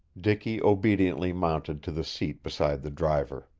dicky obediently mounted to the seat beside the driver.